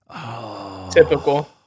typical